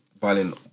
violin